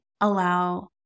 allow